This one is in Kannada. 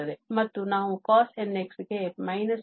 ಮತ್ತು ನಾವು cos nx ಗೆ π ನಿಂದ x ಗೆ ಮಿತಿಗಳನ್ನು ಹೊಂದಿದ್ದೇವೆ